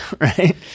Right